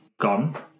gone